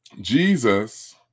Jesus